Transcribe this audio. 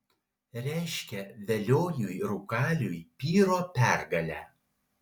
reiškia velioniui rūkaliui pyro pergalę